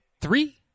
three